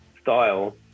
style